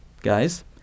guys